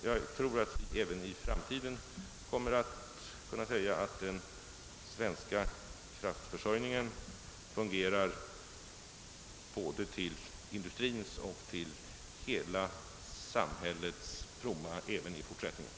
Jag tror att vi även i framtiden kommer att kunna säga att den svenska kraftförsörjningen fungerar till både industrins och hela samhällets fromma.